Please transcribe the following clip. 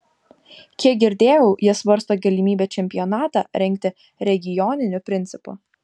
kiek girdėjau jie svarsto galimybę čempionatą rengti regioniniu principu